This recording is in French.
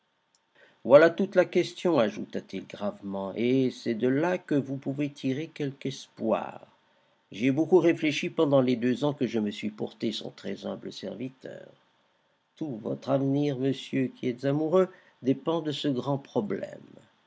voilà toute la question ajouta-t-il gravement et c'est de là que vous pouvez tirer quelque espoir j'y ai beaucoup réfléchi pendant les deux ans que je me suis porté son très humble serviteur tout votre avenir monsieur qui êtes amoureux dépend de ce grand problème